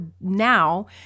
now